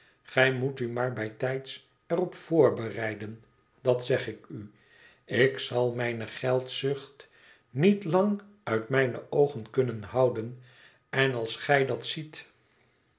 gij moet u maar bijtijds er op voorbereiden dat zeg ik u ik zal mijne geldzucht niet lang uit mijne oogen kunnen houden en als gij dat ziet